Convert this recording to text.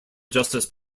justice